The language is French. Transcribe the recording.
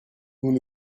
nous